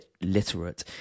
literate